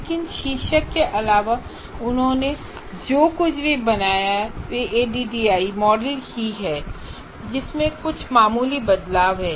लेकिन शीर्षक के अलावा उन्होंने जो कुछ भी बनाया है वह ADDIE मॉडल ही है जिसमें कुछ मामूली बदलाव हैं